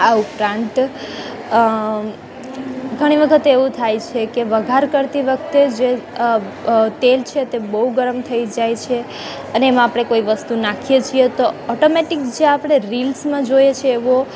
આ ઉપરાંત ઘણી વખત એવું થાય છે કે વઘાર કરતી વખતે જે તેલ છે તે બહુ ગરમ થઈ જાય છે અને એમાં આપણે કોઈ વસ્તુ નાંખીએ છીએ તો ઓટોમેટિક જે આપણે રીલ્સમાં જોઈએ છીએ એવો